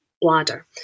bladder